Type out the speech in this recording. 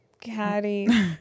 Caddy